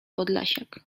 podlasiak